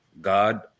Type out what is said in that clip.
God